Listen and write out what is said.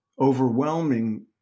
overwhelming